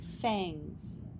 Fangs